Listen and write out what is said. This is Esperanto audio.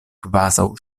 kvazaŭ